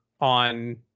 on